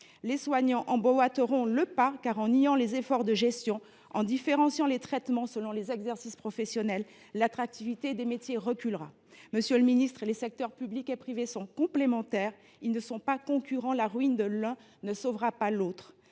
Les soignants emboîteront le pas, car, en niant les efforts de gestion, en différenciant les traitements selon les exercices professionnels, l’attractivité des métiers reculera. Monsieur le ministre, les secteurs publics et privés ne sont pas concurrents : ils sont complémentaires, et la ruine de l’un ne sauvera pas l’autre.